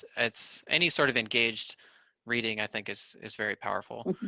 it's, any sort of engaged reading i think is is very powerful.